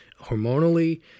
hormonally